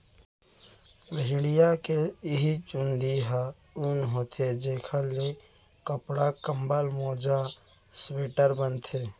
भेड़िया के इहीं चूंदी ह ऊन होथे जेखर ले कपड़ा, कंबल, मोजा, स्वेटर बनथे